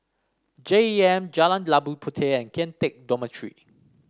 J E M Jalan Labu Puteh and Kian Teck Dormitory